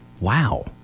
Wow